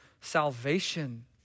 salvation